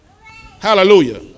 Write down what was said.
Hallelujah